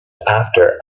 after